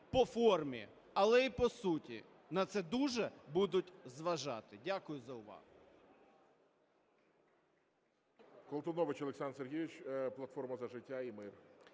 по формі, але й по суті. На це дуже будуть зважати. Дякую за увагу.